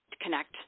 connect